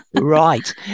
right